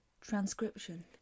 transcription